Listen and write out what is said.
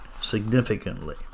significantly